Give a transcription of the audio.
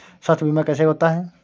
स्वास्थ्य बीमा कैसे होता है?